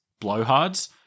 blowhards